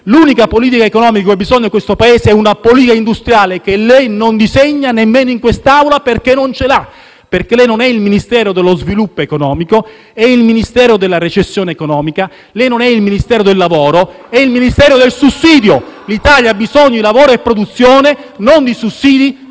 L'unica politica economica di cui ha bisogno questo Paese è una politica industriale che lei non disegna nemmeno in quest'Aula perché non ce l'ha, perché il suo non è il Ministero dello sviluppo economico, è il Ministero della recessione economica, il suo non è il Ministero del lavoro, è il Ministero del sussidio. *(Commenti dal Gruppo M5S).* L'Italia ha bisogno di lavoro e produzione, non di sussidi